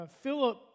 Philip